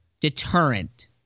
deterrent